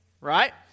right